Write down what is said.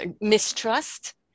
mistrust